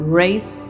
race